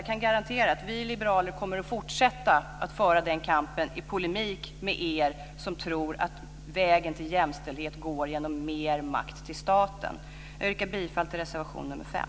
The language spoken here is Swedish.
Jag kan garantera att vi liberaler kommer att fortsätta att föra den kampen i polemik med er som tror att vägen till jämställdhet går genom mer makt till staten. Jag yrkar bifall till reservation nr 5.